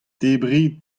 debriñ